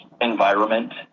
environment